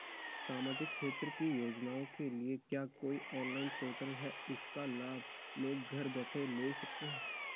सामाजिक क्षेत्र की योजनाओं के लिए क्या कोई ऑनलाइन पोर्टल है इसका लाभ लोग घर बैठे ले सकते हैं?